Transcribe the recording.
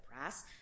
press